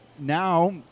Now